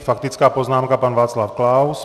Faktická poznámka, pan Václav Klaus.